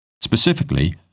Specifically